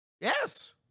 Yes